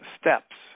steps